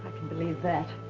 believe that.